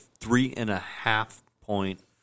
three-and-a-half-point